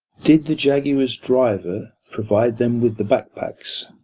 did the jaguar's driver provide them with the backpacks?